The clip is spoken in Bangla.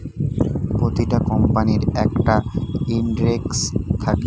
প্রতিটা কোম্পানির একটা ইন্ডেক্স থাকে